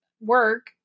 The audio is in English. work